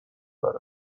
داره